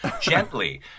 gently